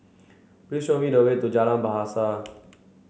please show me the way to Jalan Bahasa